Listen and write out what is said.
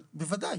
בוודאי,